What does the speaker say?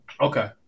Okay